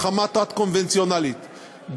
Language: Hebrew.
מלחמה תת-קונבנציונלית,